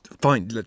Fine